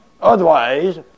Otherwise